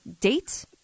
date